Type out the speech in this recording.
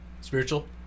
Spiritual